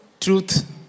truth